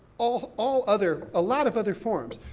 all all other, a lot of other forms.